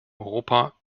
europa